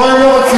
או היו רוצים.